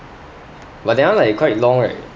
but that one like quite long right